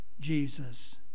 Jesus